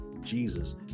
Jesus